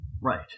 right